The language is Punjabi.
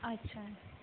ਅੱਛਾ